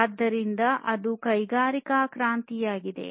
ಆದ್ದರಿಂದ ಅದು ಕೈಗಾರಿಕಾ ಕ್ರಾಂತಿಯಾಗಿದೆ